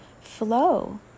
flow